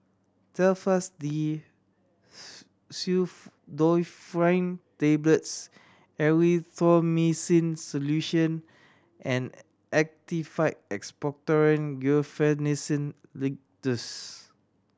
Telfast D Pseudoephrine Tablets Erythroymycin Solution and Actified Expectorant Guaiphenesin Linctus